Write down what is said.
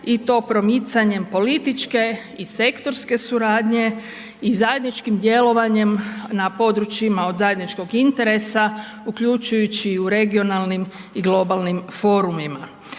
i to promicanjem političke i sektorske suradnje i zajedničkim djelovanjem na područjima od zajedničkog interesa uključujući i u regionalnim i globalnim forumima.